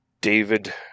David